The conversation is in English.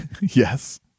Yes